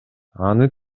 аны